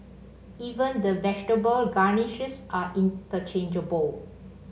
even the vegetable garnishes are interchangeable